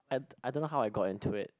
I d~ I don't know how I got into it